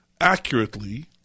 accurately